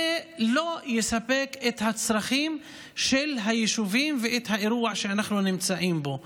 זה לא יספק את הצרכים של היישובים ואת האירוע שאנחנו נמצאים בו,